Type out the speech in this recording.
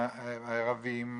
ערבים,